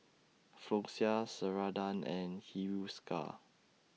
Floxia Ceradan and Hiruscar